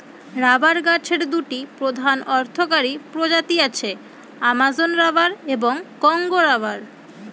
rubber গাছের দুটি প্রধান অর্থকরী প্রজাতি আছে, অ্যামাজন রবার এবং কংগো রবার